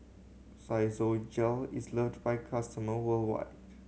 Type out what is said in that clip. Physiogel is loved by it customer worldwide